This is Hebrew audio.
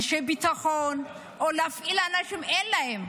אנשי ביטחון או להפעיל אנשים, אין להם,